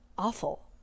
Awful